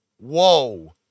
whoa